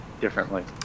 differently